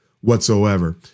whatsoever